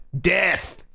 death